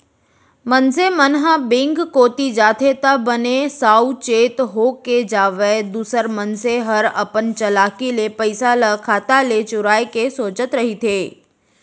मनसे मन ह बेंक कोती जाथे त बने साउ चेत होके जावय दूसर मनसे हर अपन चलाकी ले पइसा ल खाता ले चुराय के सोचत रहिथे